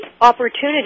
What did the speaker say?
opportunity